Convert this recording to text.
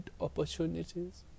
opportunities